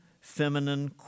feminine